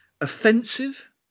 Offensive